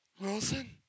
Wilson